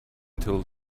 until